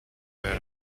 wear